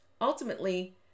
Ultimately